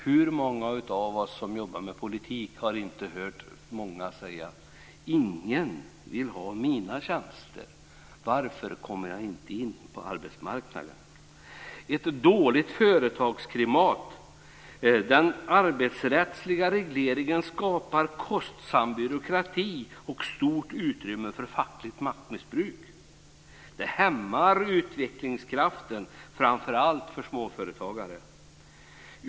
Hur många av oss som jobbar med politik har inte hört många säga: Ingen vill ha mina tjänster. Varför kommer jag inte in på arbetsmarknaden? För det tredje har de bidragit till ett dåligt företagsklimat. Den arbetsrättsliga regleringen skapar kostsam byråkrati och stort utrymme för fackligt maktmissbruk. Det hämmar utvecklingskraften, framför allt för småföretagare.